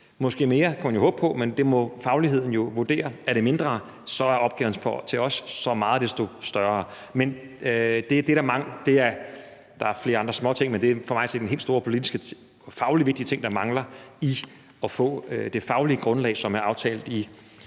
håbe på, det var mere, men det må fagligheden jo vurdere. Er det mindre, er opgaven for os så meget desto større. Der er flere andre småting, men netop det er for mig at se den helt store politisk og fagligt vigtige ting, der mangler i at få det faglige grundlag, som er aftalt i